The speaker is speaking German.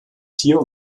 tier